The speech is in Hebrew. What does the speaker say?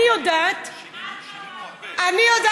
אני יודעת, במה את לא, קארין,